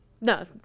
No